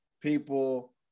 people